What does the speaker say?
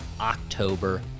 October